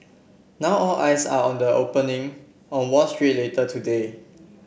now all eyes are on the opening on Wall Street later today